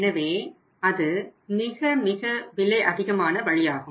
எனவே அது மிக மிக விலை அதிகமான வழியாகும்